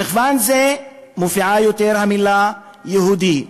במחוון זה מופיעה יותר המילה "יהודי",